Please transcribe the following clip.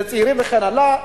לצעירים וכן הלאה,